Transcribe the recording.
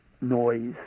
noise